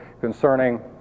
concerning